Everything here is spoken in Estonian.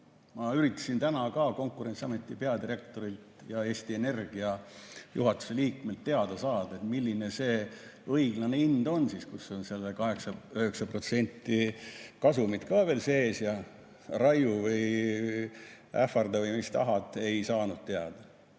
Ma üritasin täna ka Konkurentsiameti peadirektorilt ja Eesti Energia juhatuse liikmelt teada saada, milline see õiglane hind siis on, kus on 8–9% kasumit ka veel sees – ja raiu või ähvarda või tee mis tahad, ei saanud teada.